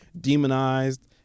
demonized